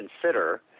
consider